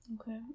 Okay